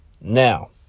Now